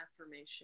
Affirmation